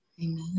Amen